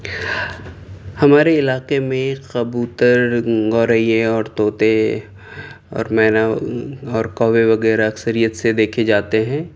ہمارے علاقے میں کبوتر گورے اور طوطے اور مینا اور کوے وغیرہ اکثریت سے دیکھے جاتے ہیں